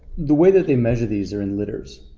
the way that they measure these are in litters.